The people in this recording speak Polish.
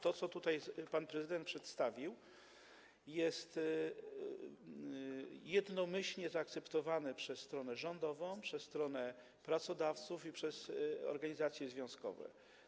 To, co pan prezydent tutaj przedstawił, zostało jednomyślnie zaakceptowane przez stronę rządową, przez stronę pracodawców i przez organizacje związkowe.